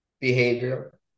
behavior